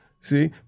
See